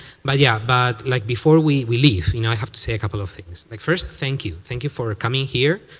but yeah but like before we we leave, you know i have to say a couple of things. like first, thank you thank you for ah coming here.